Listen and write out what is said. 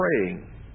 praying